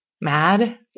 mad